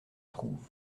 trouve